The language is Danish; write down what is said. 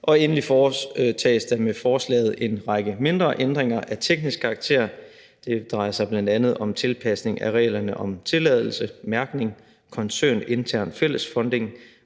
Og endelig foretages der med forslaget en række mindre ændringer af teknisk karakter. Det drejer sig bl.a. om tilpasning af reglerne om tilladelse, mærkning, koncernintern fællesfunding